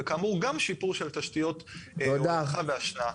וכאמור גם שיפור של תשתיות הולכה והשנעה.